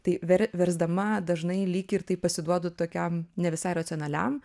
tai ver versdama dažnai lyg ir taip pasiduodu tokiam ne visai racionaliam